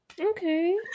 okay